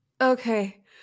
okay